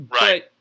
right